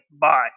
bye